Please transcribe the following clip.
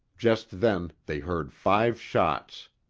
just then, they heard five shots.